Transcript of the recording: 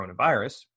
coronavirus